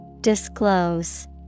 Disclose